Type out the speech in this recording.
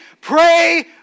pray